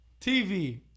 TV